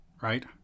Right